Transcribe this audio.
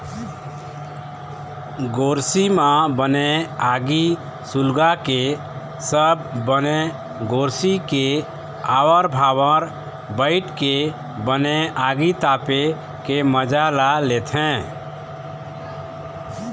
गोरसी म बने आगी सुलगाके सब बने गोरसी के आवर भावर बइठ के बने आगी तापे के मजा ल लेथे